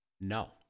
no